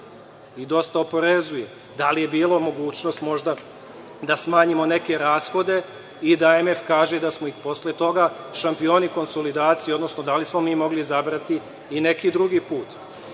i dosta oporezuje, da li je bila mogućnost možda da smanjimo neke rashode i da MMF kaže da smo posle toga šampioni konsolidacije? Odnosno, da li smo mi mogli izabrati i neki drugi